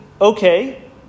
okay